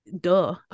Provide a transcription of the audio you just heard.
duh